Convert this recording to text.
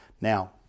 Now